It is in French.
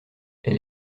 elle